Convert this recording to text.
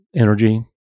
energy